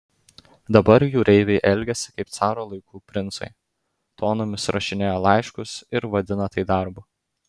dabar jūreiviai elgiasi kaip caro laikų princai tonomis rašinėja laiškus ir vadina tai darbu